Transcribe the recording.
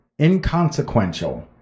inconsequential